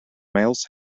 males